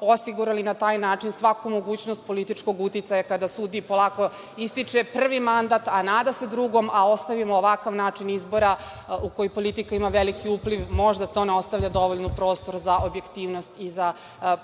osigurali na taj način svaku mogućnost političkog uticaja kada sudiji polako ističe prvi mandat, a nada se drugom, a ostavimo ovakav način izbora u koji politika ima veliki upliv. Možda to ne ostavlja dovoljno prostora za objektivnost i za